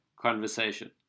conversation